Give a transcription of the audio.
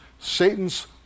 Satan's